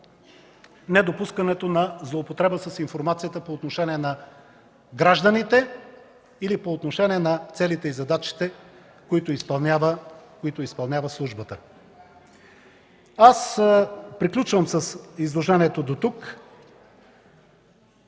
недопускането на злоупотреба с информация по отношение на гражданите или по отношение на целите и задачите, които изпълнява службата. Приключвам с изложението дотук.